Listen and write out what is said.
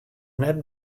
net